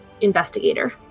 investigator